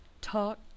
talk